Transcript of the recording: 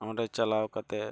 ᱚᱸᱰᱮ ᱪᱟᱞᱟᱣ ᱠᱟᱛᱮᱫ